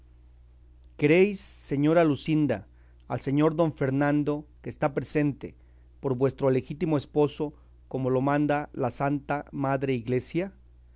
queréis señora luscinda al señor don fernando que está presente por vuestro legítimo esposo como lo manda la santa madre iglesia